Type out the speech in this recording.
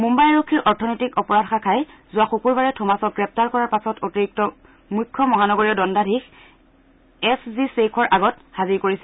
মুম্বাই আৰক্ষীৰ অৰ্থনৈতিক অপৰাধ শাখাই যোৱা শুকুৰবাৰে থমাছক গ্ৰেপ্তাৰ কৰাৰ পাছত অতিৰিক্ত মুখ্য মহানগৰীয় দণ্ডাধীশ এছ জি শ্বেইখৰ আগত হাজিৰ কৰিছিল